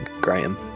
Graham